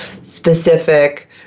specific